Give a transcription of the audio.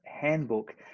Handbook